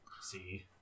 See